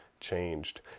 changed